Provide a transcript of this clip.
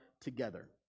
together